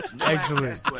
Excellent